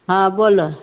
हॅं बोलऽ